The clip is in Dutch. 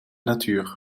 natuur